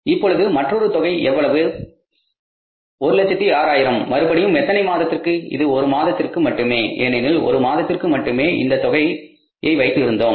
இப்பொழுது மற்றொரு தொகை எவ்வளவு 106000 மறுபடியும் எத்தனை மாதத்திற்கு இது ஒரு மாதத்திற்கு மட்டுமே ஏனெனில் ஒரு மாதத்திற்கு மட்டுமே இந்த தொகையை வைத்து இருந்தோம்